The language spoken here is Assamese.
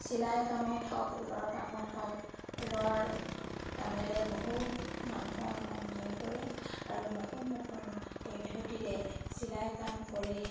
চিলাই কামত হওক ঊলৰ কামত হওক ঊলৰ কামেৰে বহুত মানুহৰ মন জয় কৰে আৰু নতুন নতুন পদ্ধতিৰে চিলাই কাম কৰি